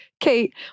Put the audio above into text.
Kate